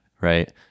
right